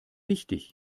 wichtig